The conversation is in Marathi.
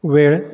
वेळ